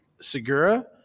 Segura